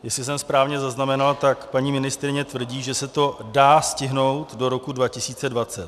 Jestli jsem správně zaznamenal, paní ministryně tvrdí, že se to dá stihnout do roku 2020.